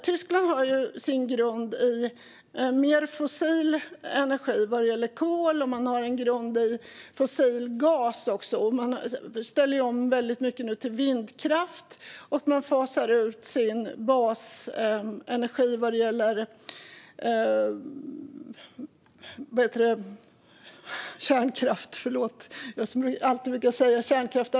Tyskland har en grund med mer fossil energi, såsom kol och gas, men nu ställer man om väldigt mycket till vindkraft och fasar ut basenergin från kärnkraft.